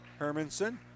Hermanson